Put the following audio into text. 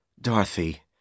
Dorothy